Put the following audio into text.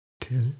till